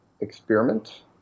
experiment